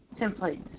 templates